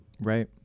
Right